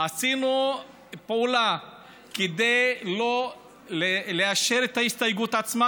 עשינו פעולה כדי לא לאשר את ההסתייגות עצמה,